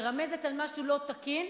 מרמז על משהו לא תקין.